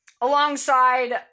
alongside